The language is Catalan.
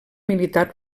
militar